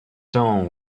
tone